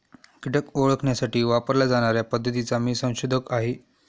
कीटक ओळखण्यासाठी वापरल्या जाणार्या पद्धतीचा मी संशोधक आहे